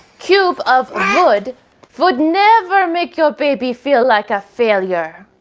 cube of ah wood would never make your baby feel like a failure.